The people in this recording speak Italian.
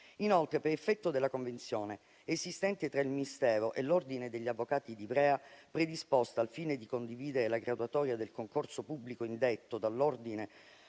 Inoltre, per effetto della convenzione esistente tra il Ministero e l'ordine degli avvocati di Ivrea, predisposta al fine di condividere la graduatoria del concorso pubblico indetto dall'ordine